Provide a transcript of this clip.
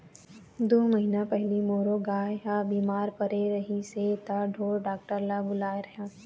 दू महीना पहिली मोरो गाय ह बिमार परे रहिस हे त ढोर डॉक्टर ल बुलाए रेहेंव